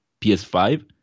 PS5